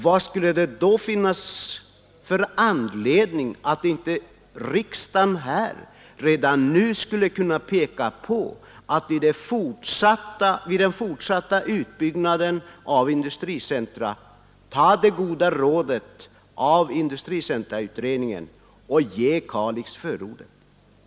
Vad finns det då för anledning till att riksdagen inte redan nu skulle kunna peka på att man vid den fortsatta utbyggnaden av industricentra skall följa det goda rådet från industricentrautredningen och ge Kalix förord?